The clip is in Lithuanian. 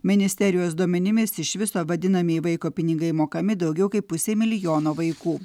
ministerijos duomenimis iš viso vadinamieji vaiko pinigai mokami daugiau kaip pusei milijono vaikų